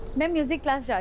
music class yeah